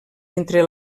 entre